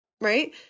right